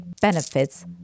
benefits